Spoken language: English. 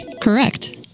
Correct